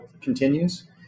continues